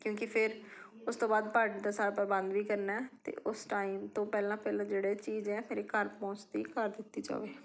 ਕਿਉਂਕਿ ਫਿਰ ਉਸ ਤੋਂ ਬਾਅਦ ਪਾਰਟੀ ਦਾ ਸਾਰਾ ਪ੍ਰਬੰਧ ਵੀ ਕਰਨਾ ਅਤੇ ਉਸ ਟਾਈਮ ਤੋਂ ਪਹਿਲਾਂ ਪਹਿਲਾਂ ਜਿਹੜੇ ਚੀਜ਼ ਹੈ ਮੇਰੇ ਘਰ ਪਹੁੰਚਦੀ ਕਰ ਦਿੱਤੀ ਜਾਵੇ